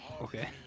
Okay